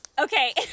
okay